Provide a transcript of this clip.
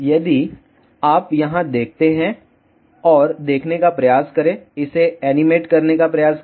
यदि आप यहाँ देखते हैं और देखने का प्रयास करें इसे एनिमेट करने का प्रयास करें